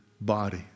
body